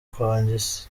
kwanjye